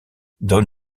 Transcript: don